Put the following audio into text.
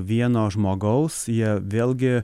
vieno žmogaus jie vėlgi